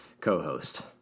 co-host